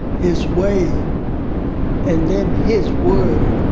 his way and then his word.